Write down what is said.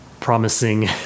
promising